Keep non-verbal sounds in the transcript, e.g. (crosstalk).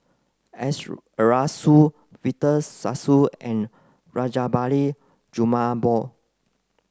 (unintelligible) Arasu Victor Sassoon and Rajabali Jumabhoy